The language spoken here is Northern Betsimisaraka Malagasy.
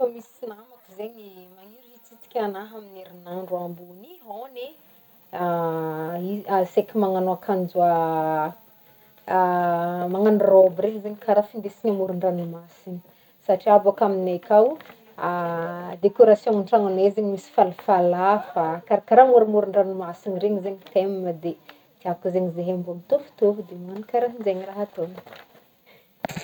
Izy koa misy namako zegny magniry hitsidika agnahy amin'ny herinandro ambony io hôgny e i- asaiko managno akanjo managno robe regny zegny karaha findesigny amoron-dranomasigny satria bôka amignay akao decoration-gny tragnognay zegny misy fal- falafa kara karaha amoro- amoron-dranomasigny regny zegny ny theme dia tiako zegny zehey mbô mitovitovy dia managno karahanjegny raha atao.